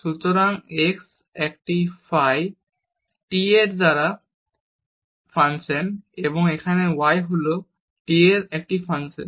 সুতরাং x হল phi t এর একটি ফাংশন এবং এখানে y হল t এর একটি ফাংশন